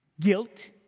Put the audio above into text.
Guilt